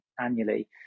annually